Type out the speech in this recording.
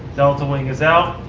deltawing is out,